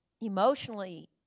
emotionally